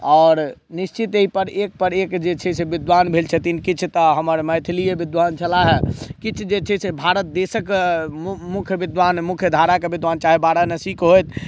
आओर निश्चित एहिपर एक पर एक जे छै से विद्वान भेल छथिन किछु तऽ हमर मैथिलीए विद्वान छलाह किछु जे छै से भारत देशक मुख्य विद्वान मुख्य धाराके विद्वान चाहे वाराणसीके होथि